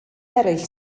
eraill